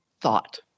thought